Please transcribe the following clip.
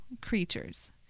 creatures